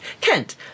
Kent